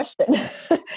question